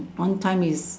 one time is